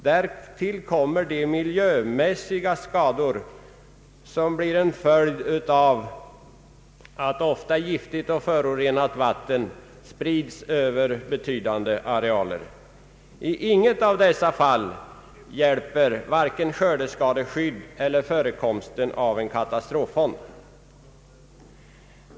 Därtill kommer de miljömässiga skador, som blir en följd av att ofta giftigt och förorenat vatten sprids över betydande arealer. I intet av dessa fall hjälper vare sig skördeskadeskydd eller förekomsten av en katastroffond!